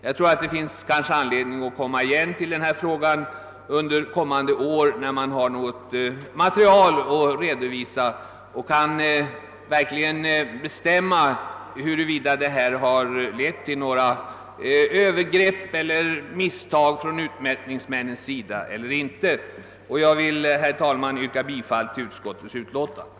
Jag tror att det blir anledning att återkomma framdeles i denna fråga när det finns något material att redovisa och det verkligen kan konstateras huruvida tillämpningen av lagbestämmelsen lett till övergrepp eller misstag av utmätningsmännen. Jag vill, herr talman, yrka bifall till utskottets hemställan.